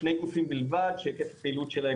שני גופים בלבד שהיקף הפעילות שלהם